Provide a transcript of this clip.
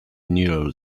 neural